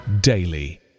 daily